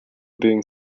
being